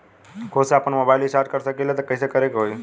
खुद से आपनमोबाइल रीचार्ज कर सकिले त कइसे करे के होई?